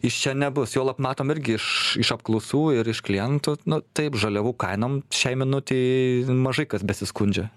iš čia nebus juolab matom irgi iš iš apklausų ir iš klientų nu taip žaliavų kainom šiai minutei mažai kas besiskundžia